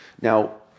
Now